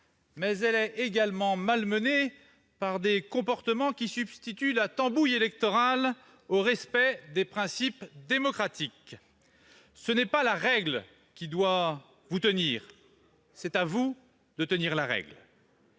des forces de l'ordre, mais aussi par des comportements qui substituent la tambouille électorale au respect des principes démocratiques. Ce n'est pas la règle qui doit vous tenir ; c'est à vous de tenir la règle.